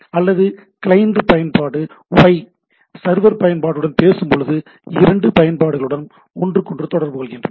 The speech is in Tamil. அல்லது கிளையன்ட் பயன்பாடு Y சர்வர் பயன்பாட்டுடன் பேசும்போது இரண்டு பயன்பாடுகளும் ஒன்றுக்கொன்று தொடர்புகொள்கின்றன